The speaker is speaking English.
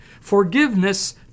Forgiveness